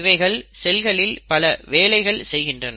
இவைகள் செல்களில் பல வேலைகள் செய்கின்றன